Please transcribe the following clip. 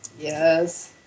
Yes